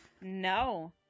no